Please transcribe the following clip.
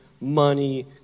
money